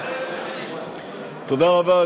תודה רבה,